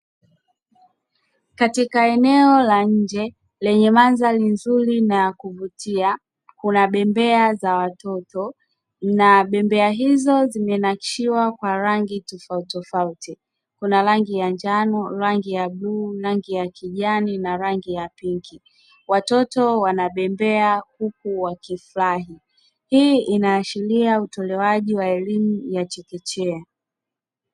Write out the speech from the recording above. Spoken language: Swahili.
Katika eneo la nje lenye mandhari nzuri na ya kuvutia kuna bembea za watoto na bembea hizo zimenakshiwa kwa rangi tofauti tofauti. Kuna rangi ya njano, rangi ya bluu, rangi ya kijani na rangi ya pinki. Watoto wanabembea huku wakifurahi. Hii inaashiria utolewaji wa elimu ya chekechea.